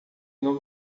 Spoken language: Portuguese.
não